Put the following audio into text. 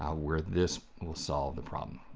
ah where this will solve the problem.